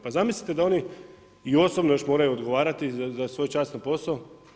Pa zamislite da oni i osobno još moraju odgovarati za svoj časni posao?